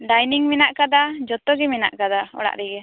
dining ᱢᱮᱱᱟᱜ ᱠᱟᱫᱟ ᱡᱚᱛᱚᱜᱮ ᱢᱮᱱᱟᱜ ᱠᱟᱫᱟ ᱚᱲᱟᱜ ᱨᱮᱜᱮ